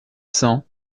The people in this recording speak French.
cents